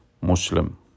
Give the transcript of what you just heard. Muslim